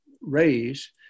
raise